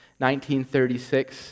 1936